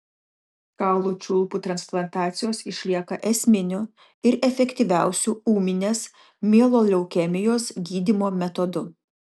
kaulų čiulpų transplantacijos išlieka esminiu ir efektyviausiu ūminės mieloleukemijos gydymo metodu